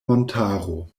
montaro